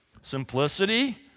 Simplicity